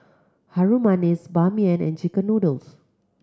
Harum Manis Ban Mian and chicken noodles